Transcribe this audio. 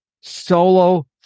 Solo